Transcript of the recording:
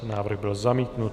Návrh byl zamítnut.